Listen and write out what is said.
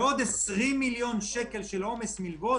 ועוד 20 מיליון שקל של עומס מלוות